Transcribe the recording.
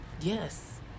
Yes